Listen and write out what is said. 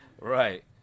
Right